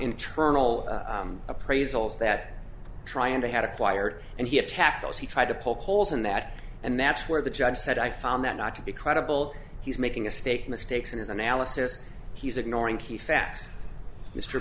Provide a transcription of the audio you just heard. internal appraisals that try and they had acquired and he attacked those he tried to poke holes in that and that's where the judge said i found that not to be credible he's making a state mistakes in his analysis he's ignoring key facts mr